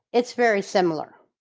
it's very similar.